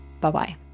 bye-bye